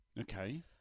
Okay